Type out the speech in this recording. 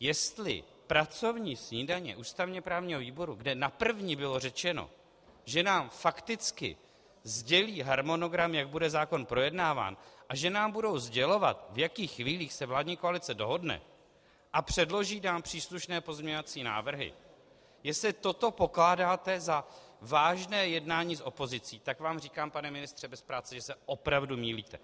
Jestli pracovní snídaně ústavněprávního výboru, kde na první bylo řečeno, že nám fakticky sdělí harmonogram, jak bude zákon projednáván, a že nám budou sdělovat, v jakých chvílích se vládní koalice dohodne a předloží nám příslušné pozměňovací návrhy, jestli toto pokládáte za vážné jednání s opozicí, tak vám říkám, pane ministře bez práce, že se opravdu mýlíte.